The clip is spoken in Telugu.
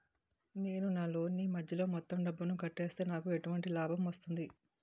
నేను నా లోన్ నీ మధ్యలో మొత్తం డబ్బును కట్టేస్తే నాకు ఎటువంటి లాభం వస్తుంది?